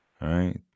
right